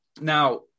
Now